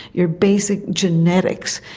your basic genetics,